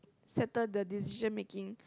settle the decision making